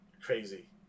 Crazy